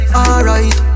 alright